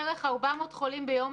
יש בערך 400 חולים ביום,